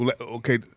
Okay